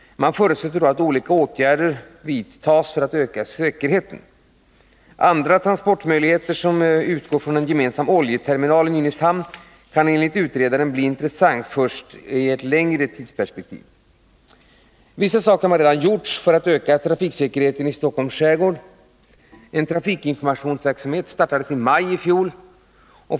Han förutsätter då att olika åtgärder vidtas för att öka säkerheten. Andra transportalternativ som utgår från en gemensam oljeterminali Nynäshamn kan enligt utredaren bli intressant först i ett längre tidsperspektiv. Vissa åtgärder har redan vidtagits för att öka sjösäkerheten i Stockholms skärgård. En trafikinformationsverksamhet startades i maj förra året.